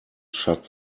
shut